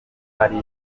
hari